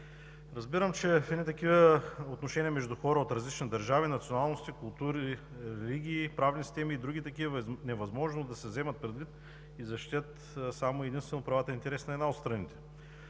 Разбирам, че в едни такива отношения между хора от различни държави, националности, култури, религии, правни системи и други такива е невъзможно да се вземат предвид и защитят само и единствено правата и интересите на една от страните,